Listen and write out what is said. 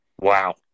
Wow